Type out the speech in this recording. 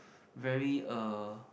very uh